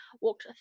walked